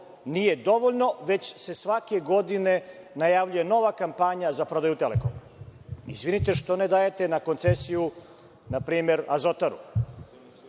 nije dovoljno, već se svake godine najavljuje nova kampanja za prodaju „Telekom“. Izvinite, što ne dajete na koncesiju, na primer, „Azotaru“